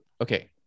okay